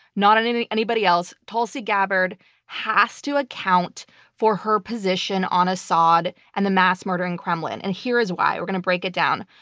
not on any anybody else. tulsi gabbard has to account for her position on assad and the mass-murdering kremlin. and here is why. we're gonna break it down.